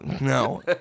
No